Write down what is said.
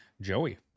Joey